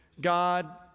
God